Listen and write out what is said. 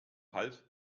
half